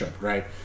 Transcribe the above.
right